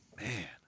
Man